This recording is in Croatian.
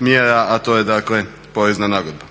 mjera, a to je dakle porezna nagodba.